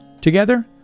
Together